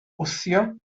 wthio